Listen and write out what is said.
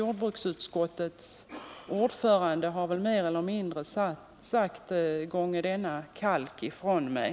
Jordbruksutskottets ordförande har väl mer eller mindre sagt: Gånge denna kalk ifrån mig.